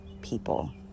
people